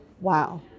wow